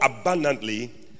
abundantly